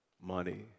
money